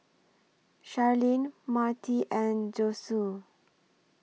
Sharlene Marti and Josue